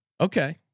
Okay